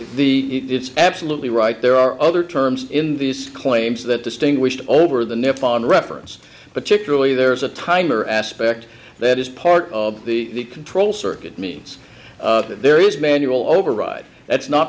the it's absolutely right there are other terms in these claims that distinguished over the net foreign reference but typically there's a time or aspect that is part of the control circuit means that there is manual override that's not